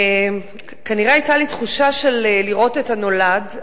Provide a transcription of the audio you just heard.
כנראה היתה לי תחושה של לראות את הנולד.